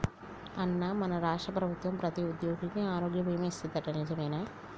అన్నా మన రాష్ట్ర ప్రభుత్వం ప్రతి ఉద్యోగికి ఆరోగ్య బీమా ఇస్తాదట నిజమేనా